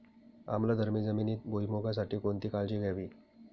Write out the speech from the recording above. आम्लधर्मी जमिनीत भुईमूगासाठी कोणती काळजी घ्यावी?